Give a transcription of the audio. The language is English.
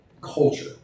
culture